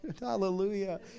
hallelujah